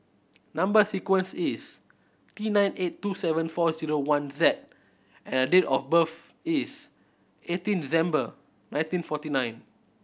number sequence is T nine eight two seven four zero one Z and date of birth is eighteen December nineteen forty nine